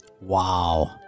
Wow